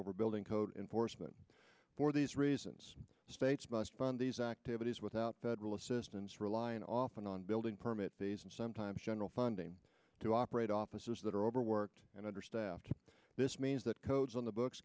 over building code enforcement for these reasons the states must fund these activities without real assistance relying often on building permit these and sometimes general funding to operate offices that are overworked and understaffed this means that codes on the books